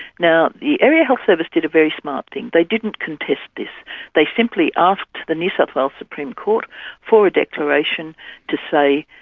now, the area health service did a very smart thing. they didn't contest this they simply asked the new south wales supreme court for a declaration to say,